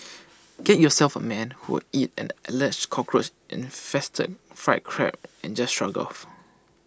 get yourself A man who will eat an Alleged Cockroach infested fried Crab and just shrug IT off